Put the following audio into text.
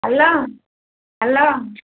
hello hello